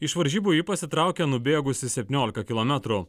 iš varžybų ji pasitraukė nubėgusi septyniolika kilometrų